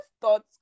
thoughts